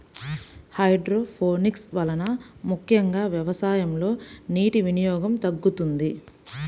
hydroponics వలన ముఖ్యంగా వ్యవసాయంలో నీటి వినియోగం తగ్గుతుంది